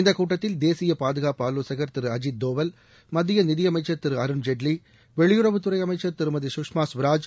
இந்த கூட்டத்தில் தேசிய பாதுகாப்பு ஆவோசகர் திரு அஜீத்தோவல் மத்திய நிதியமைச்சர் திரு அருண்ஜேட்லி வெளியுறவுத்துறை அமைச்சர் திருமதி குஷ்மா கவராஜ்